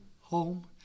home